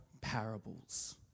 parables